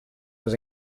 was